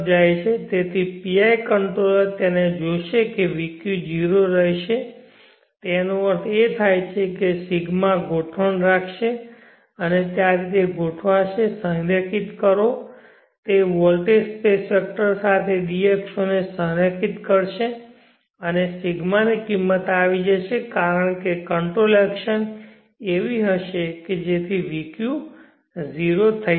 તેથી PI controller તેને જોશે કે vq 0 રહેશે જેનો અર્થ થાય છે કે ρ ગોઠવણ રાખશે તે આ રીતે ગોઠવશે સંરેખિત કરો તે વોલ્ટેજ સ્પેસ વેક્ટર સાથે d અક્ષોને સંરેખિત કરશે અને ρ ની કિંમત આવી જશે કારણ કે કંટ્રોલ એક્શન એવી હશે કે અહીં vq 0 થઈ જશે